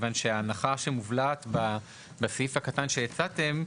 מכיוון שההנחה שמובלעת בסעיף הקטן שהצעתם,